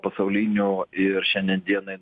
pasaulinių ir šiandien dienai